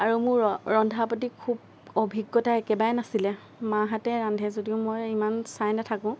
আৰু মোৰ ৰন্ধাৰ প্ৰতি খুব অভিজ্ঞতা একেবাৰেই নাছিলে মাহঁতে ৰান্ধে যদিও মই ইমান চাই নাথাকোঁ